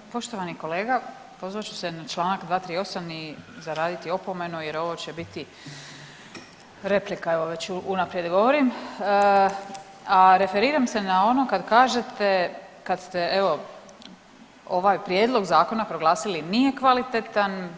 Evo, poštovani kolega, pozvat ću se na čl. 238 i zaraditi opomenu jer ovo će biti replika, evo već unaprijed govorim, a referiram se na ono kad kažete, kad ste, evo, ovaj prijedlog Zakona proglasili, nije kvalitetan,